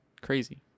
Crazy